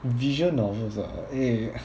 visual novels ah eh